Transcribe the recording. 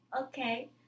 Okay